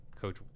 Coach